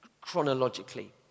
chronologically